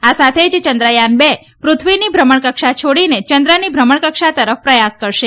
આ સાથે જ ચંદ્રયાન બે પૃથ્વીની ભ્રમણકક્ષા છોડીને ચંદ્રની ભ્રમણકક્ષા તરફ પ્રથાસ કરશે